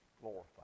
glorified